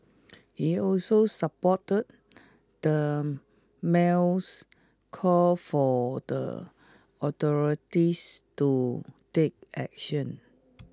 he also supported the mail's call for the authorities to take action